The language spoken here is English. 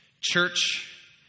Church